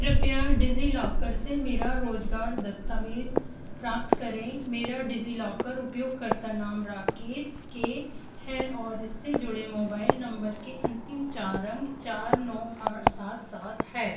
कृपया डिज़िलॉकर से मेरा रोज़गार दस्तावेज़ प्राप्त करें मेरा डिज़िलॉकर उपयोगकर्त्ता नाम राकेश के हैं और इससे जुड़े मोबाइल नम्बर के अन्तिम चार अंक चार नौ आठ सात सात हैं